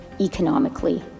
economically